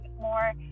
more